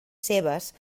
seves